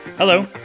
Hello